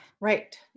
right